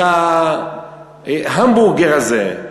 ההמבורגר הזה,